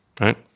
right